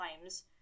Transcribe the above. times